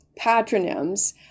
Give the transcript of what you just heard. patronyms